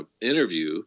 interview